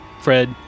Fred